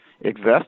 exist